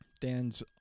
Dan's